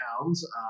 pounds